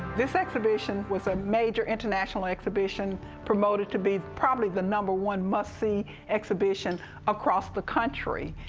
this exhibition was a major international exhibition promoted to be probably the number one must-see exhibition across the country.